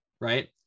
right